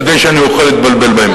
כדי שאני אוכל להתבלבל בהם.